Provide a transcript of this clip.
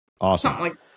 Awesome